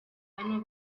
hano